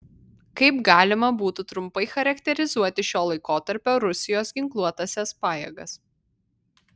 kaip galima būtų trumpai charakterizuoti šio laikotarpio rusijos ginkluotąsias pajėgas